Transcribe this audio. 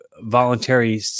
voluntary